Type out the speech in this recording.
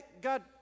God